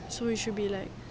so you should be like